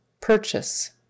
purchase